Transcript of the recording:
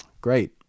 great